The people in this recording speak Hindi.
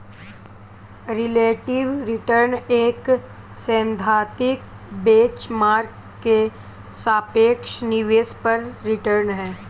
रिलेटिव रिटर्न एक सैद्धांतिक बेंच मार्क के सापेक्ष निवेश पर रिटर्न है